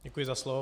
Děkuji za slovo.